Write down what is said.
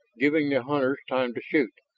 giving the hunters time to shoot.